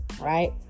right